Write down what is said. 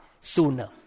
sooner